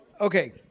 Okay